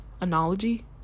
analogy